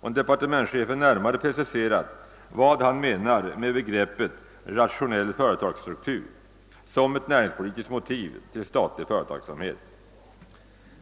om departementschefen närmare preciserat vad han menar med begreppet »rationell företagsstruktur» som ett näringspolitiskt motiv till statlig företagsamhet.